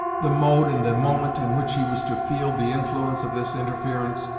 the mode and the moment in which he was to feel the influence of this interference,